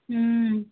ಹ್ಞೂ